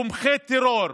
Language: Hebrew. תומכי טרור,